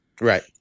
Right